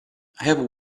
have